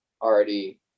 already